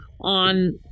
on